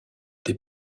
des